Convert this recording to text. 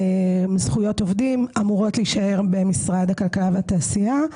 זכויות עובדים אמורות להישאר במשרד הכלכלה והתעשייה.